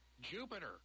Jupiter